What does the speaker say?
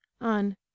on